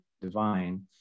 divine